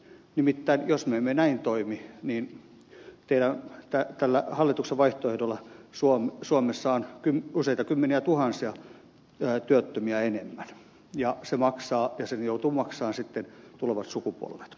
nimittäin jos me emme näin toimi niin tällä hallituksen vaihtoehdolla suomessa on useita kymmeniätuhansia työttömiä enemmän ja se maksaa ja sen joutuvat maksamaan sitten tulevat sukupolvet